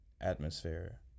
atmosphere